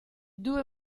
due